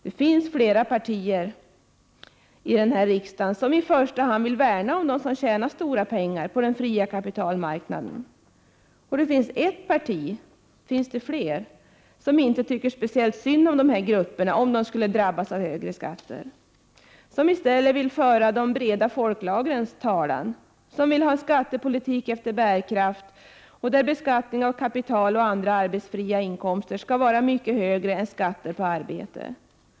Det finns flera partier här i riksdagen som i första hand vill värna om dem som i dag tjänar stora pengar på den fria kapitalmarknaden. Och det finns ett parti — finns det fler? — som inte tycker speciellt synd om de här grupperna om de skulle drabbas av högre skatter, som i stället för de breda folklagrens talan, som vill ha en skattepolitik efter bärkraft, där beskattningen av kapital och andra arbetsfria inkomster skall vara mycket högre än skatten på arbete.